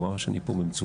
הוא ראה שאני פה במצוקה.